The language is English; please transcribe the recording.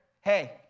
hey